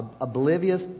Oblivious